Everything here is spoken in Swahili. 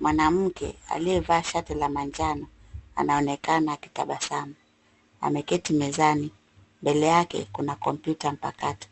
Mwanamke aliyevaa shati la manjano anaonekana akitabasamu. Ameketi mezani, mbele yake kuna kompyuta mpakato.